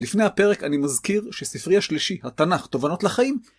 לפני הפרק, אני מזכיר, שספרי השלישי, "התנ״ך: תובנות לחיים"...